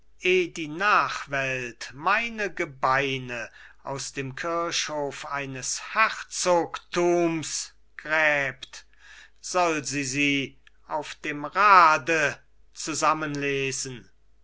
die nachwelt meine gebeine aus dem kirchhof eines herzogtums gräbt soll sie sie auf dem rade zusammenlesen